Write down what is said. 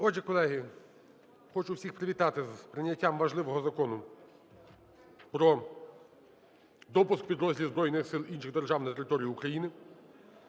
Отже, колеги, хочу всіх привітати з прийняттям важливого Закону про допуск підрозділів збройних сил інших держав на територію України.